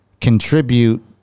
contribute